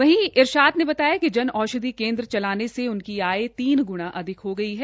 वहीं इरशाद ने बताया कि जन औषधि केन्द्र चलाने से उनकी आय तीन गुणा अधिक हो गई है